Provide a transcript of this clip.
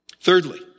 Thirdly